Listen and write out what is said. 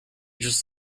just